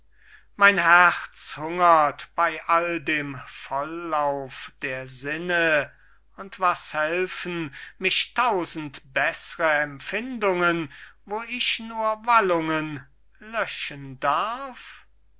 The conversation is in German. mein herz hungert bei all dem vollauf der sinne und was helfen mich tausend beßre empfindungen wo ich nur wallungen löschen darf